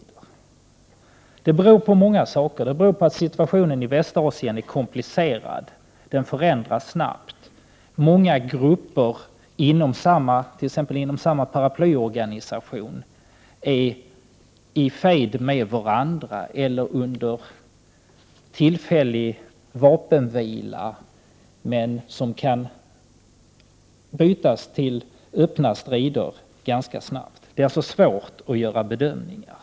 Det här beror på många saker, exempelvis att situationen i Västasien är komplicerad och snabbt förändras. Många grupper inom exempelvis samma paraplyorganisation är i fejd med varandra eller under tillfällig vapenvila som ganska snabbt kan övergå till öppna strider. Det är därför svårt att göra korrekta bedömningar.